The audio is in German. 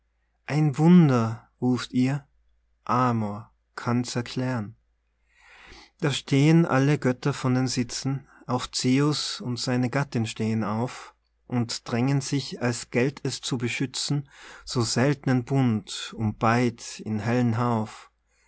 ein wunder ruft ihr amor kann's erklären da stehen alle götter von den sitzen auch zeus und seine gattin stehen auf und drängen sich als gält es zu beschützen so seltnen bund um beid in hellem